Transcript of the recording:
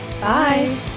Bye